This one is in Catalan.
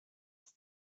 els